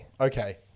Okay